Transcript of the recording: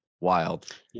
wild